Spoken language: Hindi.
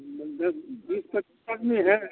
लगभग बीस पच्चीस आदमी हैं